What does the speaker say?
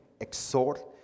exhort